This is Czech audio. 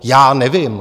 Já nevím.